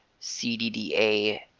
cdda